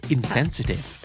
Insensitive